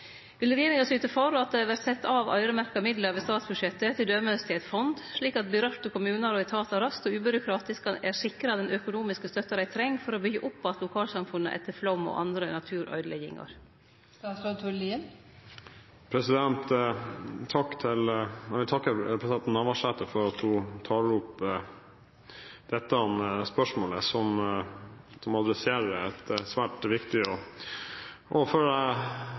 Vil regjeringa syte for at det vert sett av midlar over statsbudsjettet, t.d. til eit nytt fond, slik at dei kommunane og etatane det gjeld raskt og ubyråkratisk er sikra den økonomiske støtta dei treng for å byggje opp att lokalsamfunna etter flaum og andre naturøydeleggingar?» Jeg vil takke representanten Navarsete for at hun tar opp dette spørsmålet, som er et svært viktig og